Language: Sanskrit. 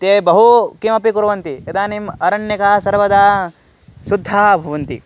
ते बहु किमपि कुर्वन्ति इदानीम् अरण्यकाः सर्वदा शुद्धाः भवन्ति